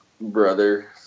brother